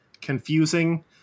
confusing